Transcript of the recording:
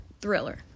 thriller